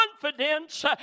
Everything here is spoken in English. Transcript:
confidence